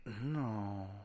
No